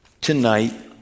tonight